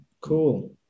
Cool